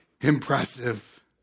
impressive